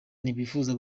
ntibifuza